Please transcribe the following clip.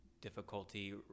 difficulty